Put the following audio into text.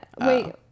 Wait